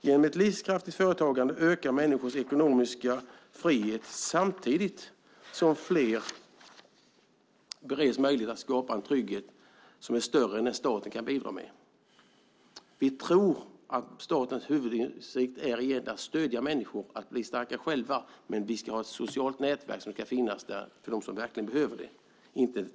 Genom ett livskraftigt företagande ökar människors ekonomiska frihet samtidigt som fler bereds möjlighet att skapa en trygghet som är större än den staten kan bidra med. Vi tror att statens huvuduppgift är att stödja människor att bli starka själva, men vi ska ha ett socialt nätverk som ska finnas där för dem som verkligen behöver det.